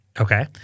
Okay